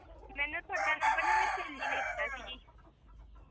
ਮੈਨੂੰ ਤੁਹਾਡਾ ਨੰਬਰ ਨਾ ਮੇਰੀ ਸਹੇਲੀ ਨੇ ਦਿੱਤਾ ਸੀ ਜੀ